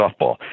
softball